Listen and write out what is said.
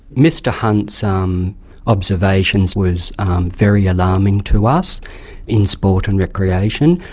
mr hunt's um observations was very alarming to us in sport and recreation.